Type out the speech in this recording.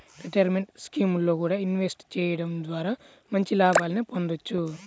retirement స్కీముల్లో కూడా invest చెయ్యడం ద్వారా మంచి లాభాలనే పొందొచ్చు